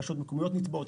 רשויות מקומיות נתבעות,